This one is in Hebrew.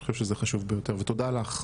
אני חושב שזה חשוב ביותר ותודה לך כמובן.